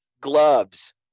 gloves